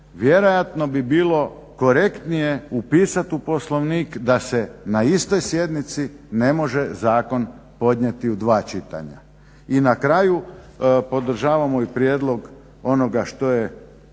Vjerojatno bi bilo korektnije upisat u Poslovnik da se na istoj sjednici ne može zakon podnijeti u dva čitanja. I na kraju, podržavamo i prijedlog onoga što je